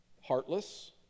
heartless